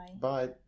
Bye